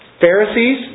Pharisees